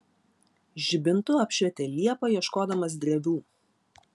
žibintu apšvietė liepą ieškodamas drevių